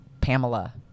Pamela